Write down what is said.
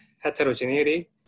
heterogeneity